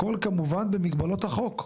הכול כמובן במגבלות החוק.